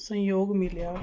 ਸਹਿਯੋਗ ਮਿਲਿਆ